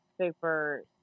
super